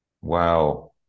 Wow